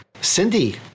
Cindy